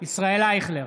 ישראל אייכלר,